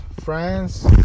france